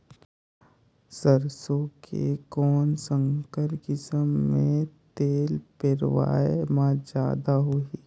सरसो के कौन संकर किसम मे तेल पेरावाय म जादा होही?